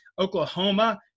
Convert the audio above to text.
Oklahoma